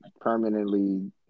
permanently